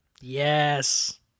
Yes